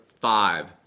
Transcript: five